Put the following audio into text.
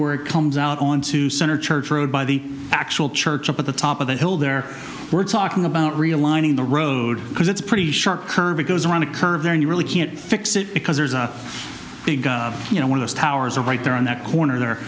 where it comes out onto center church road by the actual church up at the top of the hill there we're talking about realigning the road because it's pretty sharp curve it goes around a curve there and you really can't fix it because there's a big you know one of those towers are right there on that corner there